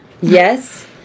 Yes